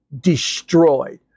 destroyed